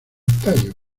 tallo